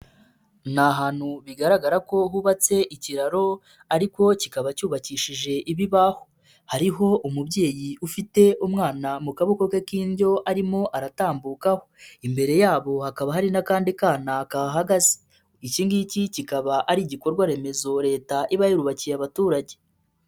Ni ahantu bigaragara ko hubatse ikiraro ariko kikaba cyubakishije ibibaho, hariho umubyeyi ufite umwana mu kaboko ke k'indyo arimo aratambukaho, imbere yabo hakaba hari n'akandi kana kahahagaze iki ngiki kikaba ari igikorwa remezo Leta iba yarubakiye abaturage.